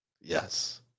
Yes